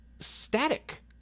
Static